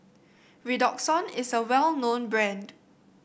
Redoxon is a well known brand